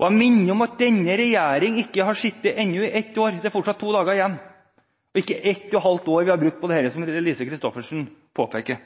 Jeg minner om at denne regjering ennå ikke har sittet ett år – det er fortsatt to dager igjen – og det er ikke et og et halvt år vi har brukt på dette, slik Lise Christoffersen påpeker.